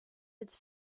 its